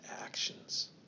actions